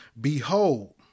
Behold